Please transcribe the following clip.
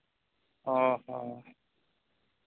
ᱦᱚᱸ ᱦᱚᱸ